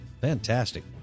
Fantastic